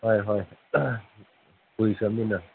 ꯍꯣꯏ ꯍꯣꯏ ꯀꯨꯏꯈ꯭ꯔꯃꯤꯅ